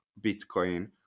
Bitcoin